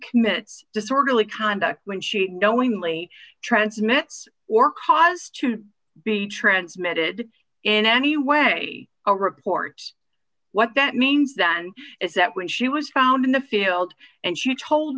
commits disorderly conduct when she knowingly transmits or cause to be transmitted in any way a report what that means then is that when she was found in the field and she told